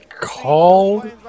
called